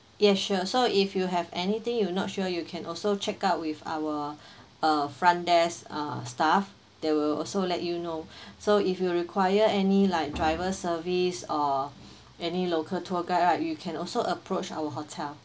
yes sure so if you have anything you not sure you can also check out with our uh front desk uh staff they will also let you know so if you require any like driver service uh any local tour guide right you can also approach our hotel